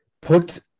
Put